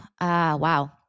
wow